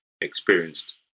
experienced